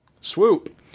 Swoop